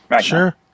Sure